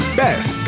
best